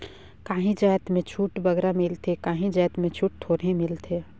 काहीं जाएत में छूट बगरा मिलथे काहीं जाएत में छूट थोरहें मिलथे